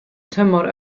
tymor